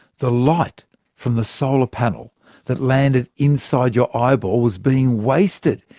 the light from the solar panel that landed inside your eyeball was being wasted.